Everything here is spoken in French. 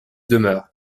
demeure